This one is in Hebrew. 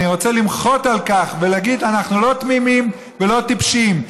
אני רוצה למחות על כך ולהגיד: אנחנו לא תמימים ולא טיפשים.